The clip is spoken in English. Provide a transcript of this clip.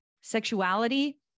sexuality